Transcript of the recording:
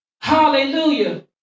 Hallelujah